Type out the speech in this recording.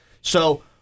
So-